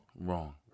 Wrong